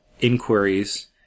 inquiries